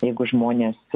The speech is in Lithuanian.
jeigu žmonės